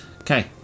Okay